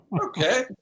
Okay